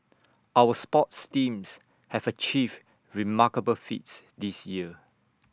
our sports teams have achieved remarkable feats this year